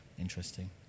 interesting